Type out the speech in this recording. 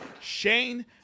Shane